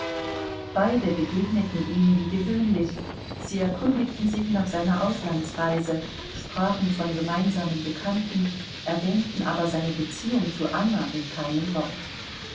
beide begegneten ihm wie gewöhnlich sie erkundigten sich nach seiner auslandsreise sprachen von gemeinsamen bekannten erwähnten aber seine beziehung zu anna mit keinem wort